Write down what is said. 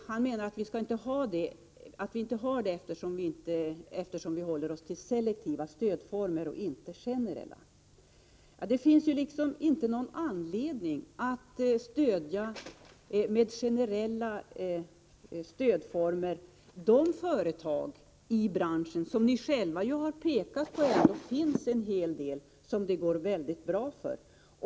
Per-Ola Eriksson menade att vi inte har det, eftersom vi håller oss till selektiva stödformer och inte generella. Ja, det finns liksom ingen anledning att med generella stödformer stödja de företag i branschen -— ni har själva pekat på en hel del —som det går väldigt bra för.